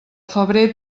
febrer